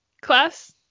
Class